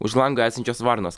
už lango esančios varnos